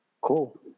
Cool